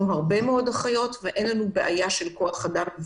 הרבה מאוד אחיות ואין לנו בעיה של כוח אדם.